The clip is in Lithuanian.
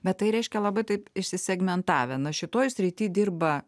bet tai reiškia labai taip išsisegmentavę na šitoj srity dirba